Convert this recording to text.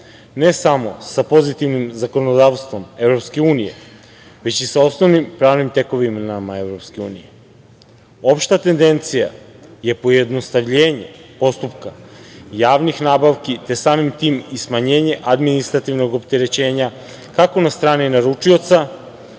ne samo sa pozitivnim zakonodavstvom EU, već i sa osnovnim pravnim tekovinama EU.Opšta tendencija je pojednostavljenje postupka javnih nabavki, te samim tim i smanjenje administrativnog opterećenja kako na strani naručioca,